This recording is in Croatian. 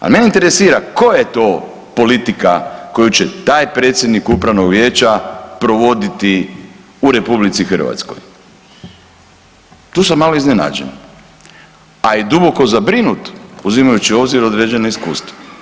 Ali mene interesira koja je to politika koju će taj predsjednik upravnog vijeća provoditi u RH, tu sam malo iznenađen, a i duboko zabrinut uzimajući u obzir određena iskustva.